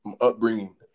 upbringing